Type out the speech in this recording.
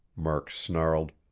murk snarled.